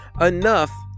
enough